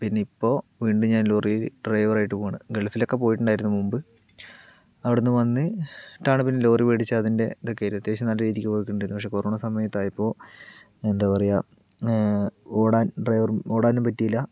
പിന്നെ ഇപ്പോൾ വീണ്ടും ഞാൻ ലോറി ഡ്രൈവർ ആയിട്ട് പോവാണ് ഗൾഫിലൊക്കെ പോയിട്ടുണ്ടായിരുന്നു മുൻപ് അവിടുന്ന് വന്നിട്ടാണ് പിന്നെ ലോറി വേടിച്ച അതിൻ്റെ ഇതക്ക അത്യാവശ്യം നല്ല രീതിക്ക് പൊയ്ക്കൊണ്ടിരുന്നു പക്ഷെ കൊറോണ സമയത്തായപ്പോൾ എന്താ പറയുക ഓടാൻ ഡ്രൈവർ ഓടാനും പറ്റിയില്ല